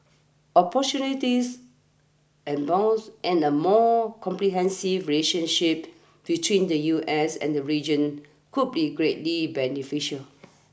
opportunities abound and a more comprehensive relationship between the U S and the region could be greatly beneficial